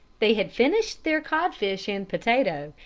they had finished their codfish and potato,